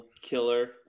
killer